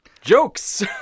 Jokes